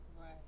Right